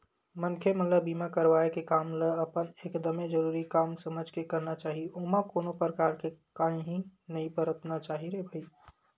मनखे मन ल बीमा करवाय के काम ल अपन एकदमे जरुरी काम समझ के करना चाही ओमा कोनो परकार के काइही नइ बरतना चाही रे भई